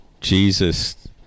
Jesus